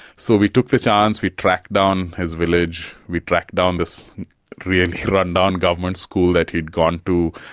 so we took the chance, we tracked down his village, we tracked down this really rundown government school that he had gone to,